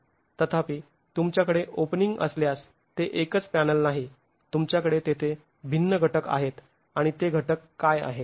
तथापि तुमच्याकडे ओपनिंग असल्यास ते एकच पॅनल नाही तुमच्याकडे तेथे भिन्न घटक आहेत आणि ते घटक काय आहेत